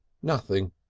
nothing.